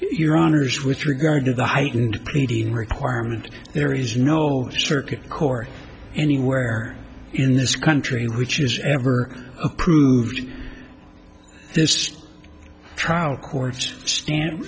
your honour's with regard to the heightened reading requirement there is no circuit court anywhere in this country which is ever approved this trial courts stand